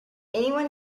anyone